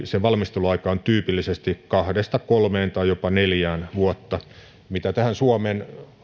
sen valmisteluaika on tyypillisesti kahdesta kolmeen tai jopa neljään vuotta mitä tulee tähän suomen